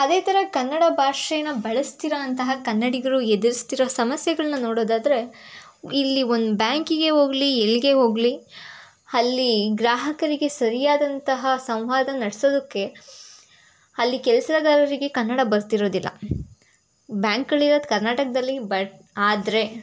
ಅದೇ ಥರ ಕನ್ನಡ ಭಾಷೇನ ಬಳ್ಸ್ತಿರೋಂತಹ ಕನ್ನಡಿಗರು ಎದುರಿಸ್ತಿರೋ ಸಮಸ್ಯೆಗಳನ್ನ ನೋಡೋದಾದರೆ ಇಲ್ಲಿ ಒಂದು ಬ್ಯಾಂಕಿಗೇ ಹೋಗ್ಲಿ ಎಲ್ಲಿಗೇ ಹೋಗ್ಲಿ ಅಲ್ಲಿ ಗ್ರಾಹಕರಿಗೆ ಸರಿಯಾದಂತಹ ಸಂವಾದ ನಡ್ಸೋದಕ್ಕೆ ಅಲ್ಲಿ ಕೆಲಸಗಾರರಿಗೆ ಕನ್ನಡ ಬರ್ತಿರೋದಿಲ್ಲ ಬ್ಯಾಂಕ್ಗಳಿರೋದು ಕರ್ನಾಟಕದಲ್ಲಿ ಬಟ್ ಆದರೆ